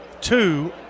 two